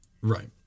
Right